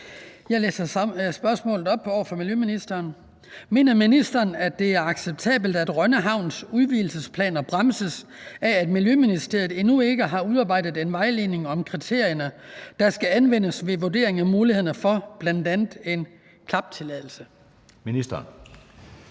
Til miljøministeren af: Hans Kristian Skibby (DD): Mener ministeren, at det er acceptabelt, at Rønne Havns udvidelsesplaner bremses af, at Miljøministeriet endnu ikke har udarbejdet en vejledning om kriterierne, der skal anvendes ved vurdering af mulighederne for bl.a. klaptilladelse? Anden